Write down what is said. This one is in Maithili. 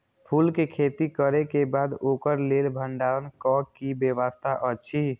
फूल के खेती करे के बाद ओकरा लेल भण्डार क कि व्यवस्था अछि?